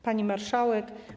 Pani Marszałek!